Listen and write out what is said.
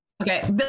okay